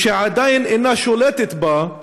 ושהיא כבר אינה שולטת בה,